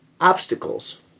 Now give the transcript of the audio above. Obstacles